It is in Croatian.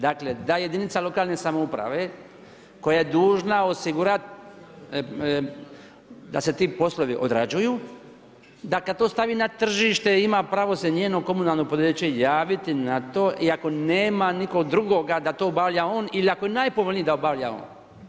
Dakle da jedinica lokalne samouprave koja je dužna osigurati da se ti poslovi odrađuju, da kada to stavi na tržište ima pravo se njeno komunalno poduzeće javiti na to i ako nema nikog drugog da to obavlja on ili ako je najpovoljniji da obavlja on.